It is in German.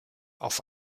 auf